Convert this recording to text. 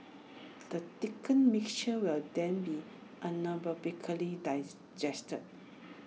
the thickened mixture will then be anaerobically digested